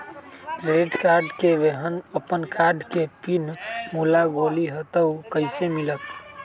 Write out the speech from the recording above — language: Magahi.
क्रेडिट कार्ड केहन अपन कार्ड के पिन भुला गेलि ह त उ कईसे मिलत?